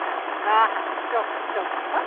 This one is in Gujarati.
હા હા ચોક્કસ ચોક્કસ હો